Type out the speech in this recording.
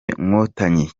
nkotanyi